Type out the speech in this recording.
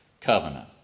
covenant